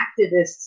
activists